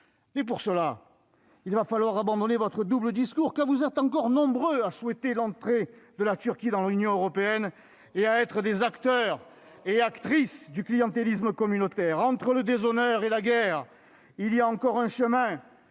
Mais, pour cela, il va falloir abandonner votre double discours, car vous êtes encore nombreux à souhaiter l'entrée de la Turquie dans l'Union européenne et à être des acteurs et actrices du clientélisme communautaire. Entre le déshonneur et la guerre, il y a encore un chemin